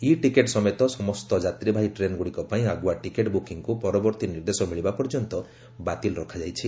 ଇ ticket ସମେତ ସମସ୍ତ ଯାତ୍ରୀବାହୀ ଟ୍ରେନ୍ଗୁଡ଼ିକ ପାଇଁ ଆଗୁଆ ଟିକେଟ୍ ବୁକିଂକୁ ପରବର୍ତ୍ତୀ ନିର୍ଦ୍ଦେଶ ମିଳିବା ପର୍ଯ୍ୟନ୍ତ ବାତିଲ୍ ରଖାଯାଇଛି